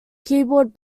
keyboard